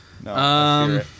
No